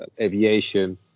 aviation